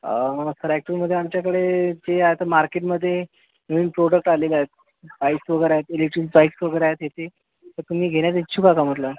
sir ॲक्चुअलमध्ये आमच्याकडे जे आता मार्केटमध्ये नवीन प्रोडक्ट आलेले आहेत बाईक्स वगैरे आहेत इलेक्ट्रिक बाईक्स वगैरे आहेत येथे तर तुम्ही घेण्यात इच्छुक आहात का म्हटलं